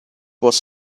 was